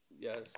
Yes